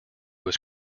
was